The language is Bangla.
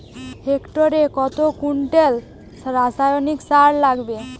হেক্টরে কত কুইন্টাল রাসায়নিক সার লাগবে?